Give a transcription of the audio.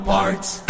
Parts